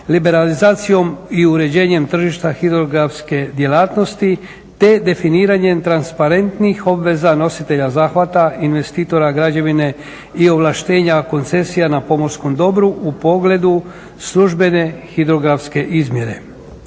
Liberalizacijom i uređenjem tržišta hidrografske djelatnosti te definiranjem transparentnih obveza nositelja zahvata investitora građevine i ovlaštenja koncesija na pomorskom dobru u pogledu službene hidrografske izmjere.